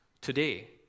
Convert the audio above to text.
today